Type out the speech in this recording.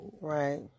Right